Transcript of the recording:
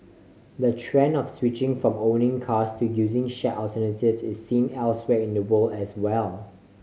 the trend of switching from owning cars to using shared alternatives is seen elsewhere in the world as well